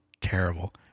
Terrible